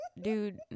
Dude